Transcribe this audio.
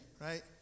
right